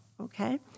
Okay